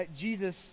Jesus